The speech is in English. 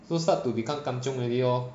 so start to become kanchiong already lor